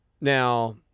now